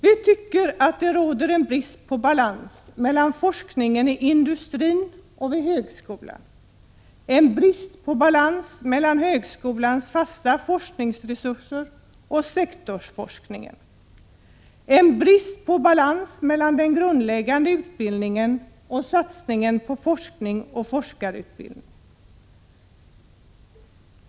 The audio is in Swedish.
Vi tycker att det råder en brist på balans mellan forskning inom industrin och vid högskolan, en brist på balans mellan högskolans fasta forskningsresurser och sektorsforskningen, samt en brist på balans mellan den grundläggande utbildningen och satsningen på forskning och forskarutbildning.